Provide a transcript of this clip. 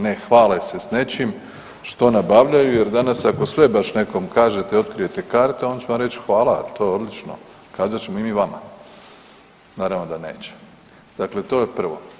Ne hvale se s nečim što nabavljaju jer danas ako sve baš nekom kažete i otkrijete karte on će vam reć hvala to je odlično, kazat ćemo i mi vama, naravno da neće, dakle to je prvo.